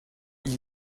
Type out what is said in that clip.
ils